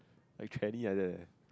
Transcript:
like tranny like that leh